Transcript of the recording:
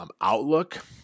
outlook